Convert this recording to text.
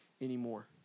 anymore